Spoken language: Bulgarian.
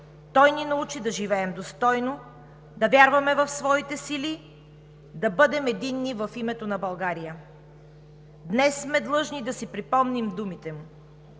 Той ни научи да живеем достойно, да вярваме в своите сили, да бъдем единни в името на България. Днес сме длъжни да си припомним думите му: